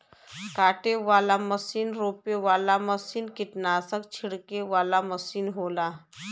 काटे वाला मसीन रोपे वाला मसीन कीट्नासक छिड़के वाला मसीन होला